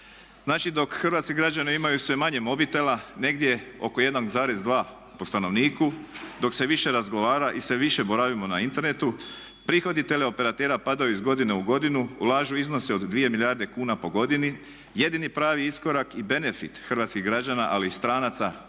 Znači dok hrvatski građani imaju sve manje mobitela negdje oko 1,2 po stanovniku, dok se više razgovara i sve više boravimo na internetu prihodi teleoperatera padaju iz godine u godinu, ulažu iznose od 2 milijarde kuna po godini. Jedini pravi iskorak i benefit hrvatskih građana ali i stranaca mislimo